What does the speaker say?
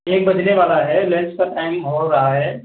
एक बजने वाला है लंच का टाइम हो रहा है